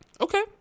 okay